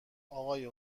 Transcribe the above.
آقای